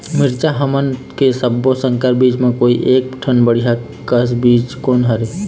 मिरचा हमन के सब्बो संकर बीज म कोई एक ठन बढ़िया कस बीज कोन हर होए?